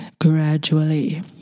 gradually